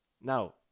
Now